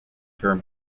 term